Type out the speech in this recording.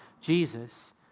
Jesus